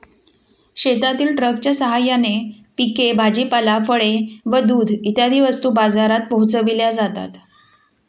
शेतातील ट्रकच्या साहाय्याने पिके, भाजीपाला, फळे व दूध इत्यादी वस्तू बाजारात पोहोचविल्या जातात